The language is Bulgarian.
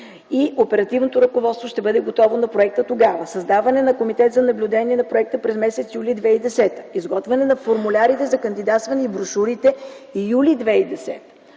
и оперативното ръководство на проекта ще бъде готово тогава. Създаване на комитет за наблюдение на проекта през м. юли 2010 г. Изготвяне на формулярите за кандидатстване и брошурите през м.